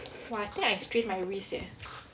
!wah! I think I strained my wrist eh